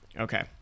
Okay